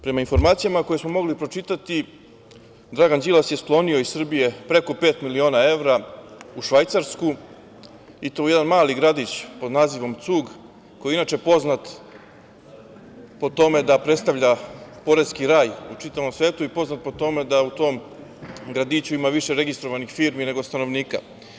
Prema informacijama koje smo mogli pročitati, Dragan Đilas je sklonio iz Srbije preko pet miliona evra u Švajcarsku, i to u jedan mali gradić pod nazivom Cug, koji je inače poznat po tome da predstavlja poreski raj u čitavom svetu i poznat je po tome što u tom gradiću ima više registrovanih firmi nego stanovnika.